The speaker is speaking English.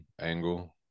angle